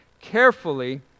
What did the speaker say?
carefully